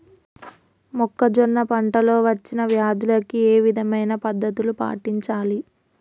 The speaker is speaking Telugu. మొక్కజొన్న పంట లో వచ్చిన వ్యాధులకి ఏ విధమైన పద్ధతులు పాటించాలి?